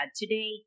Today